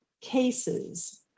cases